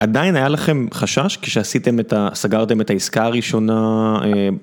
עדיין היה לכם חשש כשסגרתם את העסקה הראשונה?